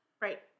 Right